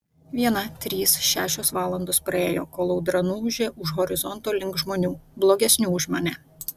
viena trys šešios valandos praėjo kol audra nuūžė už horizonto link žmonių blogesnių už mane